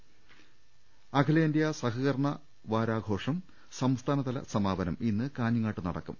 രദ്ദേഷ്ടങ അഖിലേന്ത്യാ സഹകരണ വാരാഘോഷം സംസ്ഥാനതല സമാപനം ഇന്ന് കാഞ്ഞങ്ങാട്ട് നടക്കും